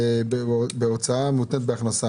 הוצאה מותנית בהכנסה.